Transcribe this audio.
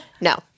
No